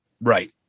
Right